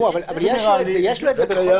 בכל מקרה, יש לו את זה.